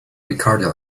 ricardo